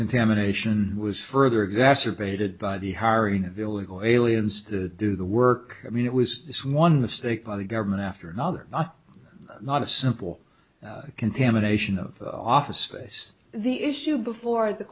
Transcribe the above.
contamination was further exacerbated by the hiring of illegal aliens to do the work i mean it was this one mistake by the government after another not a simple contamination of office space the issue before the